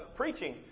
preaching